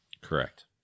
Correct